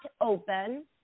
open